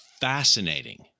fascinating